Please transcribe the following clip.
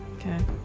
Okay